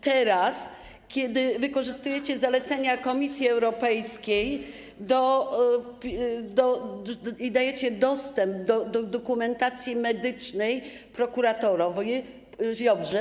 Teraz wykorzystujecie zalecenia Komisji Europejskiej i dajecie dostęp do dokumentacji medycznej prokuratorowi Ziobrze.